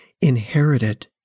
inherited